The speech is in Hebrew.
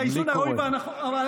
חופש הביטוי הינו זכות יסוד אשר יש